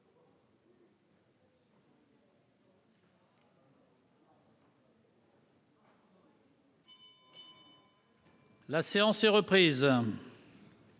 La séance est reprise.